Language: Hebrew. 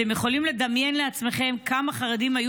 אתם יכולים לדמיין לעצמכם כמה חרדים היו